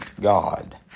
God